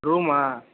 ரூம்மா